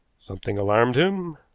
something alarmed him,